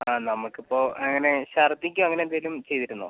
ആ നമുക്കിപ്പോൾ എങ്ങനെ ഛർദ്ദിക്കുകയോ അങ്ങനെ എന്തെങ്കിലും ചെയ്തിരുന്നോ